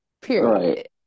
Period